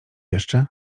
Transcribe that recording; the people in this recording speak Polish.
jeszcze